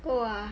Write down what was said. !wah!